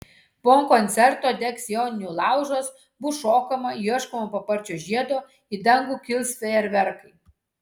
po koncerto degs joninių laužas bus šokama ieškoma paparčio žiedo į dangų kils fejerverkai